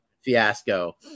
Fiasco